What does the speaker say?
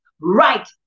right